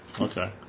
Okay